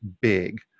big